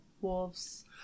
wolves